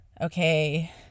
okay